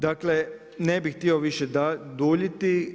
Dakle, ne bih htio više duljiti.